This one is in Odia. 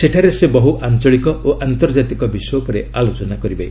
ସେଠାରେ ସେ ବହୁ ଆଞ୍ଚଳିକ ଓ ଆନ୍ତର୍ଜାତିକ ବିଷୟ ଉପରେ ଆଲୋଚନା କରିବେ